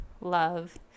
love